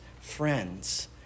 friends